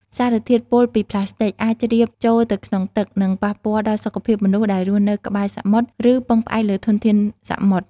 សារធាតុពុលពីប្លាស្ទិក អាចជ្រាបចូលទៅក្នុងទឹក និងប៉ះពាល់ដល់សុខភាពមនុស្សដែលរស់នៅក្បែរសមុទ្រ ឬពឹងផ្អែកលើធនធានសមុទ្រ។